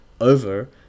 over